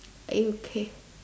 are you okay